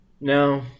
No